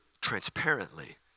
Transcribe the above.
transparently